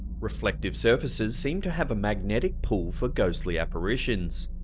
reflective surfaces seem to have a magnetic pull for ghostly apparitions.